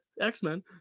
x-men